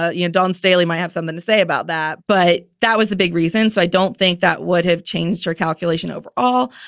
ah you know, dawn staley might have something to say about that, but that was the big reason. so i don't think that would have changed her calculation overall.